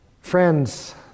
Friends